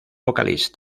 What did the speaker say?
vocalista